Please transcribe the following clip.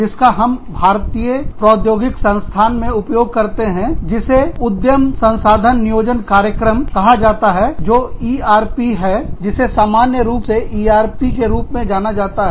जिसका हम भारतीय प्रौद्योगिकी संस्थान में उपयोग करते हैं जिसे उद्यम संसाधन नियोजन कार्यक्रम कहा जाता हैजो इआरपी है जिसे सामान्य रूप से इआरपी के रूप में जाना जाता है